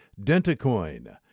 DentaCoin